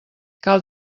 cal